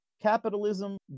capitalism